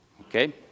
Okay